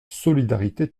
solidarité